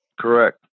Correct